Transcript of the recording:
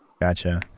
gotcha